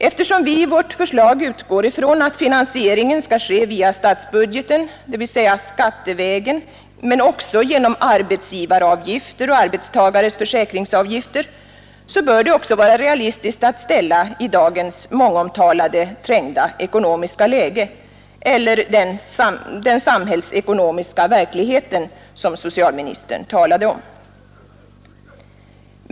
Eftersom vi i vårt förslag utgår ifrån att finansieringen skall ske via statsbudgeten, dvs. skattevägen, men också genom arbetsgivaravgifter och arbetstagares försäkringsavgifter, så bör det även vara realistiskt att ställa i dagens mångomtalade trängda ekonomiska läge — eller den samhällsekonomiska verkligheten, som socialministern talade om.